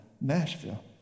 Nashville